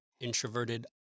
introverted